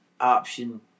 option